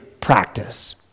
practice